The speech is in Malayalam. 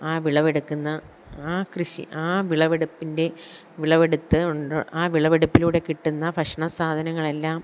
ആ വിളവെടുക്കുന്ന ആ കൃഷി ആ വിളവെടുപ്പിൻ്റെ വിളവെടുത്ത് ഉണ്ടോ ആ വിളവെടുപ്പിലൂടെ കിട്ടുന്ന ഭക്ഷണ സാധനങ്ങളെല്ലാം